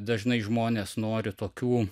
dažnai žmonės nori tokių